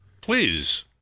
Please